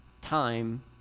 time